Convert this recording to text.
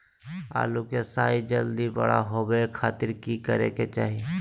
आलू के साइज जल्दी बड़ा होबे खातिर की करे के चाही?